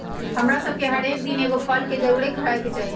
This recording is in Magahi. हमरा सभके हरेक दिन एगो फल के जरुरे खाय के चाही